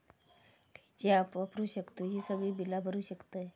खयचा ऍप वापरू शकतू ही सगळी बीला भरु शकतय?